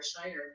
Schneider